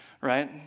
right